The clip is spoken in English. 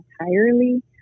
entirely